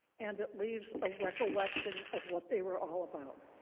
and it leaves a recollection of what they were all about.